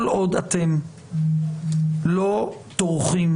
כל עוד אתם לא טורחים